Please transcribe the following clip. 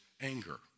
anger